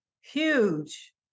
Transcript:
huge